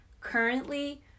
currently